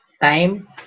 time